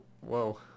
whoa